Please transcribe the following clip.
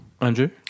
Andrew